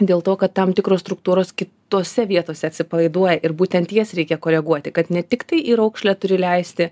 dėl to kad tam tikros struktūros kitose vietose atsipalaiduoja ir būtent jas reikia koreguoti kad ne tiktai į raukšlę turi leisti